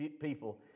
people